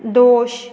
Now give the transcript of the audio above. दोश